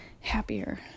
happier